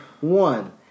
One